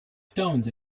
stones